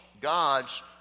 God's